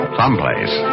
someplace